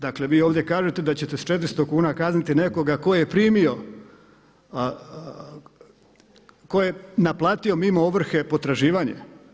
Dakle vi ovdje kažete da ćete s 400 kuna kazniti nekoga ko je primio, ko je naplatio mimo ovrhe potraživanje.